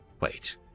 Wait